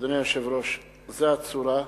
זאת הצורה,